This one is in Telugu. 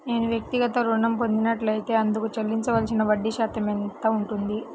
నేను వ్యక్తిగత ఋణం పొందినట్లైతే అందుకు చెల్లించవలసిన వడ్డీ ఎంత శాతం ఉంటుంది?